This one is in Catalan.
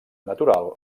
natural